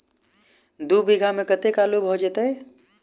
दु बीघा मे कतेक आलु भऽ जेतय?